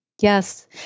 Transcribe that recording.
Yes